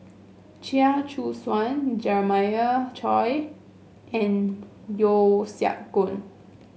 Chia Choo Suan Jeremiah Choy and Yeo Siak Goon